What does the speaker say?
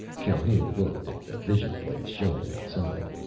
calhoun looked at the vision plates showing outside.